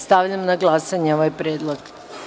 Stavljam na glasanje ovaj predlog.